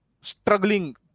struggling